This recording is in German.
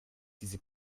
diese